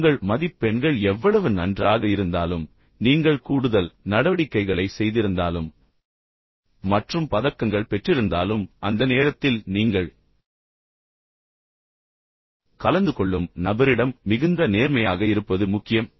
உங்கள் மதிப்பெண்கள் எவ்வளவு நன்றாக இருந்தாலும் நீங்கள் கூடுதல் நடவடிக்கைகளை செய்திருந்தாலும் மற்றும் பதக்கங்கள் பெற்றிருந்தாலும் அந்த நேரத்தில் நீங்கள் கலந்துகொள்ளும் நபரிடம் மிகுந்த நேர்மையைக் இருப்பது முக்கியம்